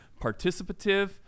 participative